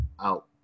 out